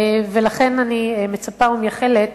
לכן, אני מצפה ומייחלת